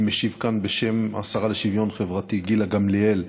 אני משיב כאן בשם השרה לשוויון חברתי גילה גמליאל.